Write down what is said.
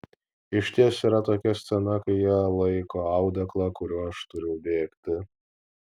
išties yra tokia scena kai jie laiko audeklą kuriuo aš turiu bėgti